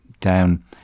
down